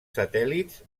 satèl·lits